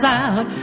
out